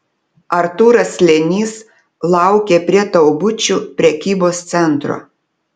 artūras slėnys laukė prie taubučių prekybos centro